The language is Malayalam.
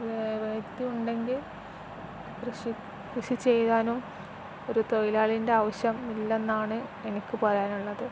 വൈദ്യുതിയുണ്ടെങ്കില് കൃഷി കൃഷി ചെയ്യാനും ഒരു തൊഴിലാളിയുടെ ആവശ്യം ഇല്ലെന്നാണ് എനിക്കു പറയാനുള്ളത്